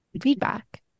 feedback